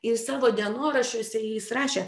ir savo dienoraščiuose jis rašė